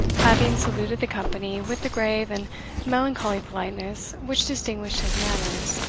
having saluted the company with the grave and melancholy politeness which distinguished his manners,